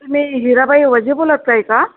तुम्ही हिराबाई वजे बोलत आहे का